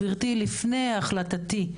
לפני ההחלטה שלי.